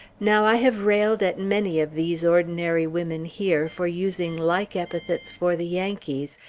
now i have railed at many of these ordinary women here, for using like epithets for the yankees,